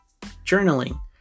journaling